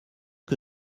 que